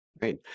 Great